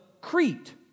Crete